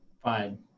Fine